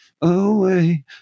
away